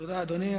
תודה, אדוני.